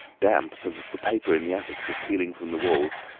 damp so that the paper in the attics was peeling from the walls,